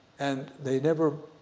and they never,